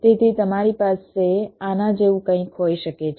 તેથી તમારી પાસે આના જેવું કંઈક હોઈ શકે છે